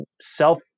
self